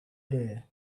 air